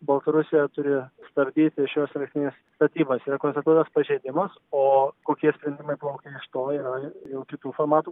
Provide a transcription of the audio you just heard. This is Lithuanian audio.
baltarusija turi stabdyti šios elektrinės statybas yra konstatuotas pažeidimas o kokie sprendimai plaukia iš to yra jau kitų formatų